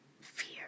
fear